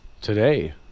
Today